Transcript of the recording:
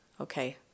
Okay